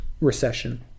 recession